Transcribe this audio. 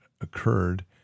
occurred